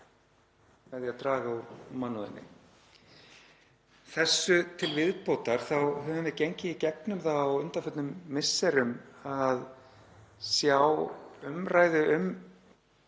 með því að draga úr mannúðinni. Þessu til viðbótar höfum við gengið í gegnum það á undanförnum misserum að sjá umræðu um